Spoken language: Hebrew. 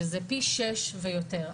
שזה פי שש ויותר.